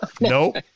Nope